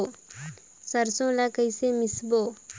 सरसो ला कइसे मिसबो?